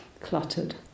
cluttered